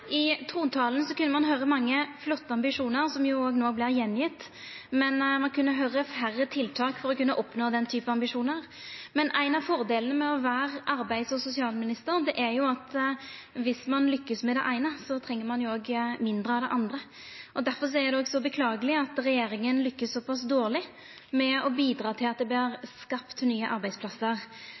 I trontalen kunne ein høyra om mange flotte ambisjonar, som no vert gjentekne, men ein høyrde mindre om tiltak for å kunna oppnå den typen ambisjonar. Men ein av fordelane med å vera arbeids- og sosialminister er at dersom ein lukkast med det eine, så treng ein mindre av det andre. Derfor er det så beklageleg at regjeringa lukkast såpass dårleg med å bidra til at det vert skapt nye arbeidsplassar.